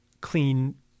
clean